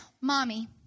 mommy